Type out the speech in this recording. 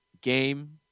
game